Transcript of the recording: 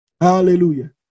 Hallelujah